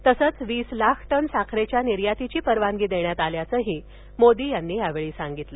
तसंच वीस लाख टन साखरेच्या निर्यातीची परवानगी देण्यात आल्याचं मोदी यांनी यावेळी सांगितलं